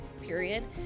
period